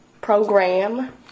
program